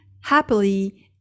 happily